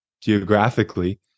geographically